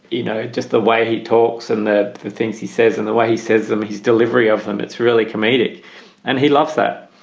you know, just the way he talks and the things he says and the way he says his delivery of them. it's really comedic and he loves that.